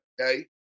Okay